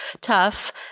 tough